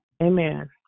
Amen